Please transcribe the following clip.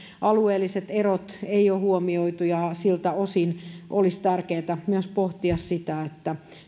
alueelliset erot eivät ole huomioituja siltä osin olisi tärkeätä myös pohtia sitä